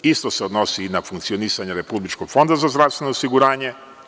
Isto se odnosi i na funkcionisanje Republičkog fonda za zdravstveno osiguranje.